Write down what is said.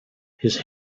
his